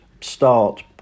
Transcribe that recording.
start